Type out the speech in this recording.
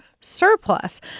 surplus